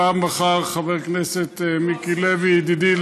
והפעם בחר חבר הכנסת מיקי לוי, ידידי,